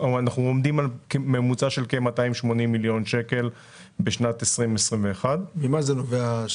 אנחנו עומדים על ממוצע של כ-280 מיליון שקלים בשנת 2021. ממה זה נובע?